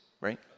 right